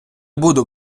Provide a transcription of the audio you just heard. буду